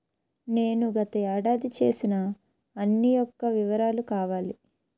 నేను గత ఏడాది చేసిన అన్ని యెక్క వివరాలు కావాలి?